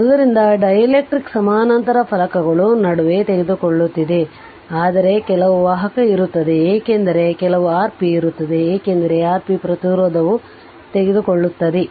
ಆದ್ದರಿಂದ ಡೈಎಲೆಕ್ಟ್ರಿಕ್ ಸಮಾನಾಂತರ ಫಲಕಗಳ ನಡುವೆ ತೆಗೆದುಕೊಳ್ಳುತ್ತಿದೆ ಆದರೆ ಕೆಲವು ವಾಹಕ ಇರುತ್ತದೆ ಏಕೆಂದರೆ ಕೆಲವು Rp ಇರುತ್ತದೆ ಏಕೆಂದರೆ Rp ಪ್ರತಿರೋಧವು ಈ Rp ತೆಗೆದುಕೊಳ್ಳುತ್ತದೆ